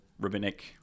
rabbinic